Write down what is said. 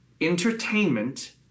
entertainment